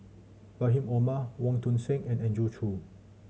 Rahim Omar Wong Tuang Seng and Andrew Chew